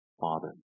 Father